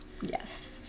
Yes